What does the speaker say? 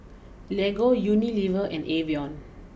Lego Unilever and Evian